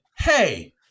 hey